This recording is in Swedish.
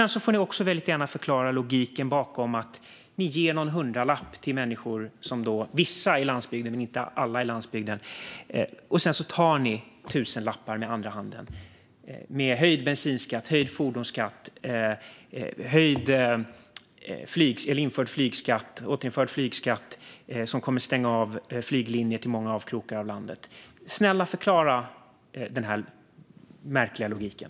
Ni får också väldigt gärna förklara logiken bakom att ni ger någon hundralapp till vissa människor på landsbygden - men inte alla - och sedan tar tusenlappar med andra handen genom höjd bensinskatt, höjd fordonsskatt och en återinförd flygskatt som kommer att stänga av flyglinjer till många avkrokar av landet. Snälla, förklara den här logiken!